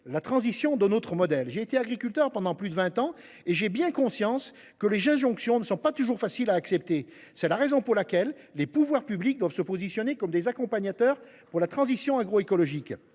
la transition de notre modèle. Ayant été agriculteur pendant plus de vingt ans, j’ai bien conscience que les injonctions ne sont pas toujours faciles à accepter. C’est la raison pour laquelle les pouvoirs publics doivent se positionner comme des accompagnateurs de la transition agroécologique.